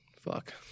fuck